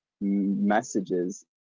messages